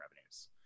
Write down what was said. revenues